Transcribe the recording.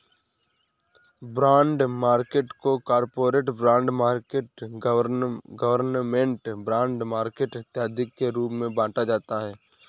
bond market को corporate bond market government bond market इत्यादि के रूप में बांटा जाता है